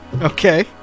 Okay